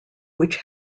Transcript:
which